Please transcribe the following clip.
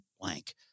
blank